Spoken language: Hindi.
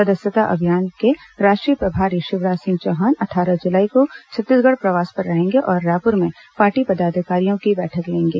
सदस्यता अभियान के राष्ट्रीय प्रभारी शिवराज सिंह चौहान अट्ठारह जुलाई को छत्तीसगढ़ प्रवास पर रहेंगे और रायपुर में पार्टी पदाधिकारियों की बैठक लेंगे